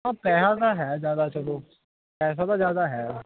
ਹਾਂ ਪੈਸਾ ਤਾਂ ਹੈ ਜ਼ਿਆਦਾ ਚਲੋ ਪੈਸਾ ਤਾਂ ਜ਼ਿਆਦਾ ਹੈ